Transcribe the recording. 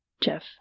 Jeff